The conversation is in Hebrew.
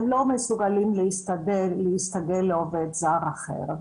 הם לא מסוגלים להסתגל לעובד זר אחר.